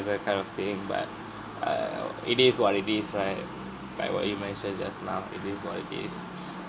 kind of thing but err it is what it is right like what you mentioned just now it is what it is